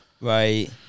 Right